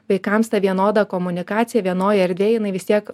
vaikams ta vienoda komunikacija vienoj erdvėj jinai vis tiek